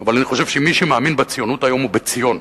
אבל אני חושב שמי שמאמין בציונות היום הוא בציון,